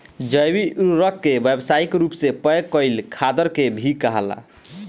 जैविक उर्वरक के व्यावसायिक रूप से पैक कईल खादर के भी कहाला